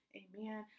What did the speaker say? amen